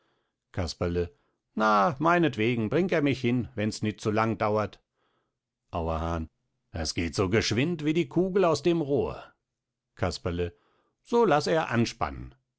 casperle na meintwegen bring er mich hin wenns nit zu lang dauert auerhahn es geht so geschwind wie die kugel aus dem rohr casperle so laß er anspannen